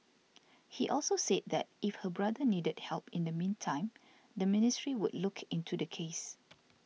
he also say that if her brother needed help in the meantime the ministry would look into the case